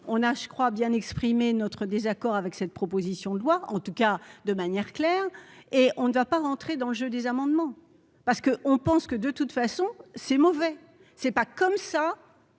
on a, je crois bien exprimé notre désaccord avec cette proposition de loi, en tous cas de manière claire et on ne va pas rentrer dans le jeu des amendements parce qu'on pense que de toute façon c'est mauvais, c'est pas comme ça